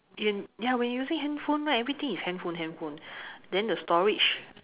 in ya when you're using handphone right then everything is handphone handphone then the storage